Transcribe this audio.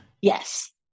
Yes